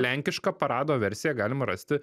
lenkišką parado versiją galim rasti